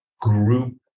group